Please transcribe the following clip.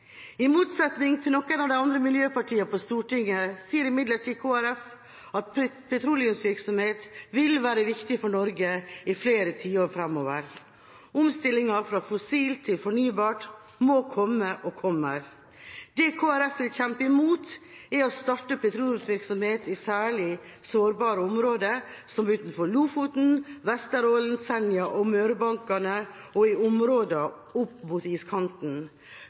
I motsetning til noen av de andre miljøpartiene på Stortinget sier imidlertid Kristelig Folkeparti at petroleumsvirksomhet vil være viktig for Norge i flere tiår framover. Omstillingen fra fossilt til fornybart må komme og kommer. Det Kristelig Folkeparti vil kjempe imot, er å starte petroleumsvirksomhet i særlig sårbare områder, som utenfor Lofoten, Vesterålen, Senja og Mørebankene og i